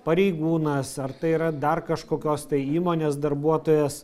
pareigūnas ar tai yra dar kažkokios tai įmonės darbuotojas